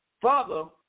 father